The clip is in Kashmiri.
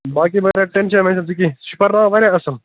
باقٕے ما رَٹھ ٹیٚنٛشن ویٚنٛشن ژٕ کیٚنٛہہ سُہ چھُ پرٕناوان واریاہ اصٕل